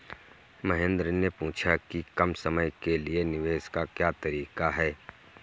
महेन्द्र ने पूछा कि कम समय के लिए निवेश का क्या तरीका है?